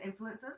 influencers